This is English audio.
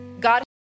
God